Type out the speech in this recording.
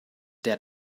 der